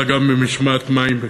אלא גם במשמעת מים בקרוב.